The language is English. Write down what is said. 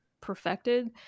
perfected